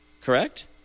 correct